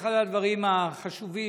אחד הדברים החשובים,